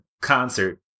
concert